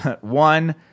one